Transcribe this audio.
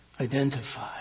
identify